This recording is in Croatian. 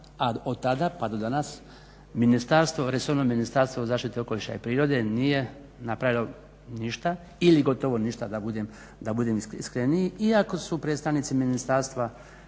a od tada pa do danas ministarstvo, resorno Ministarstvo zaštite okoliša i prirode nije napravilo ništa ili gotovo ništa, da budem iskreniji, iako su predstavnici ministarstva